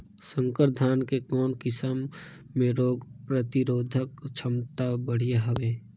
संकर धान के कौन किसम मे रोग प्रतिरोधक क्षमता बढ़िया हवे?